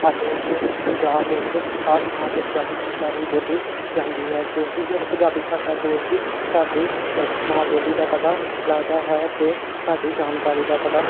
ਸਾਡੇ ਇੱਥੇ ਪੰਜਾਬ ਵਿੱਚ ਹਰ ਥਾਂ 'ਤੇ ਪੰਜਾਬੀ ਭਾਸ਼ਾ ਹੀ ਬੋਲੀ ਜਾਂਦੀ ਹੈ ਕਿਉਂਕਿ ਵੈਹ ਪੰਜਾਬੀ ਭਾਸ਼ਾ ਤੋਂ ਹੀ ਸਾਡੀ ਮਾਂ ਬੋਲੀ ਦਾ ਪਤਾ ਲੱਗਦਾ ਹੈ ਅਤੇ ਸਾਡੀ ਜਾਣਕਾਰੀ ਦਾ ਪਤਾ